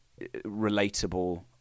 relatable